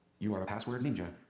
you are a password ninja.